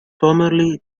formerly